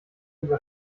über